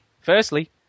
Firstly